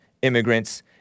Immigrants